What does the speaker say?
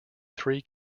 three